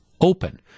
open